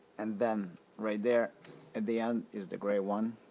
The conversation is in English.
and then right there at the end is the gray one